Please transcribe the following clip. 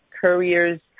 couriers